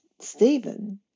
Stephen